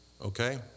okay